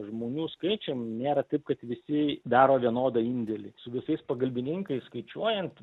žmonių skaičium nėra taip kad visi daro vienodą indėlį su visais pagalbininkais skaičiuojant